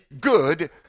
good